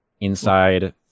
inside